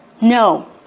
No